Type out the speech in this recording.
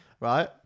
Right